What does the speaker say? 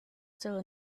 still